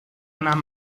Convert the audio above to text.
nahm